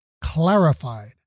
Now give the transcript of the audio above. clarified